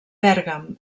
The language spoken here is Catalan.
pèrgam